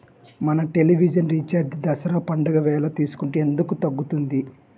మన television recharge Dasara పండగ వేళ వేసుకుంటే ఎందుకు తగ్గుతుంది?